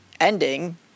ending